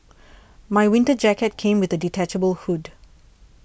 my winter jacket came with a detachable hood